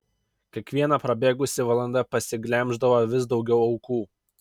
kiekviena prabėgusi valanda pasiglemždavo vis daugiau aukų